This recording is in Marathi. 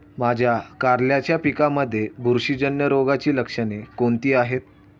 माझ्या कारल्याच्या पिकामध्ये बुरशीजन्य रोगाची लक्षणे कोणती आहेत?